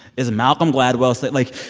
is malcolm gladwell saying like,